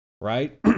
Right